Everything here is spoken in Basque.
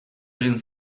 egin